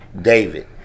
David